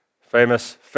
Famous